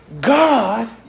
God